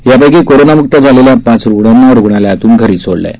यापक्षी कोरोनामुक्त झालेल्या पाच रुग्णांना रुग्णालयातून घरी सोडलं आहे